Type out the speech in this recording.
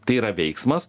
tai yra veiksmas